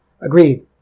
Agreed